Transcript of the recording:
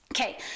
Okay